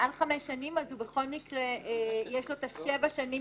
מעל חמש שנים, אז בכל מקרה יש לו שבע שנים